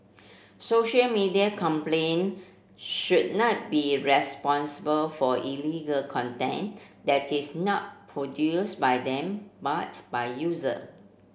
social media companion should not be responsible for illegal content that is not produced by them but by user